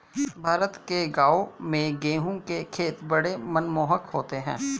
भारत के गांवों में गेहूं के खेत बड़े मनमोहक होते हैं